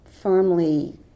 firmly